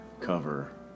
cover